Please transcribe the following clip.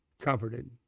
comforted